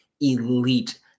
elite